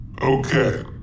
okay